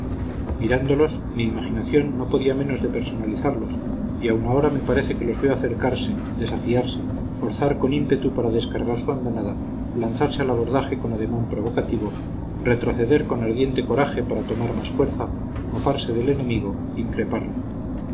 mirándolos mi imaginación no podía menos de personalizarlos y aun ahora me parece que los veo acercarse desafiarse orzar con ímpetu para descargar su andanada lanzarse al abordaje con ademán provocativo retroceder con ardiente coraje para tomar más fuerza mofarse del enemigo increparle